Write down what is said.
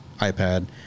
iPad